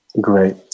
Great